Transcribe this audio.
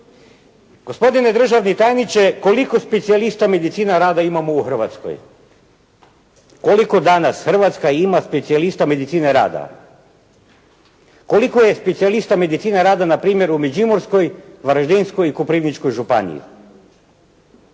Gospodine državni tajniče koliko specijalista medicina rada imamo u Hrvatskoj? Koliko danas Hrvatska ima specijalista medicine rada? Koliko je specijalista medicine rada na primjer u Međimurskoj, Varaždinskoj i Koprivničkoj županiji?